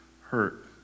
hurt